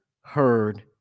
heard